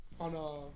on